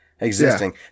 existing